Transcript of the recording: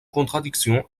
contradiction